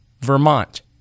Vermont